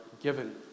given